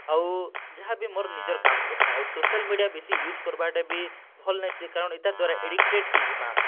ଆଉ ଯାହାବି ମୋର୍ ନିଜର୍ କାମ୍ କର୍ସିଁ ଆଉ ସୋସିଆଲ୍ ମିଡ଼ିଆ ବେଶୀ ୟୁଜ୍ କର୍ବାର୍ଟା ବି ଭଲ୍ ନାଇସେ କାରଣ୍ ଇତାର୍ ଦ୍ଵାରା ଇରିଟେଟ୍ ହେଇଯିମା